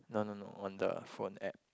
no no no on the phone app